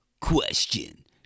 Question